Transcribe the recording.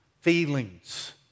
Feelings